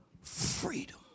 freedom